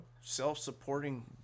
self-supporting